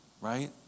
Right